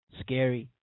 scary